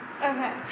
Okay